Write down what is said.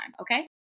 okay